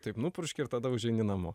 taip nupurškia ir tada užeini namo